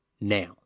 now